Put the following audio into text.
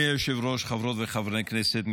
אדוני היושב-ראש, חברות וחברי כנסת נכבדים,